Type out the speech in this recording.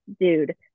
dude